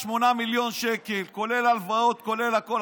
ל-8-7 מיליון שקל, כולל הלוואות, כולל הכול.